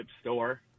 store